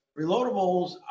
reloadables